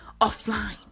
offline